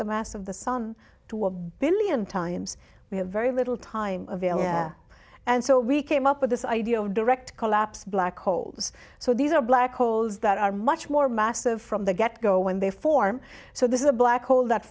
the mass of the sun to a billion times we have very little time and so we came up with this idea of direct collapse black holes so these are black holes that are much more massive from the get go when they form so this is a black hole that